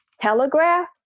Telegraph